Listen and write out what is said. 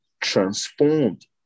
transformed